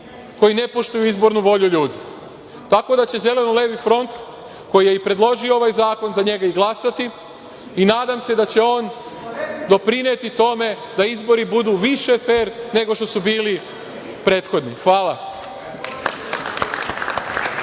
koji ne poštuju izbornu volju ljudi. Tako da će Zeleno-levi front, koji je i predložio ovaj zakon, za njega i glasati i nadam se da će on doprineti tome da izbori budu više fer nego što su bili prethodni. Hvala.